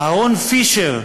אהרן פישר,